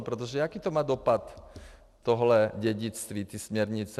Protože jaký to má dopad tohle dědictví, tyhle směrnice?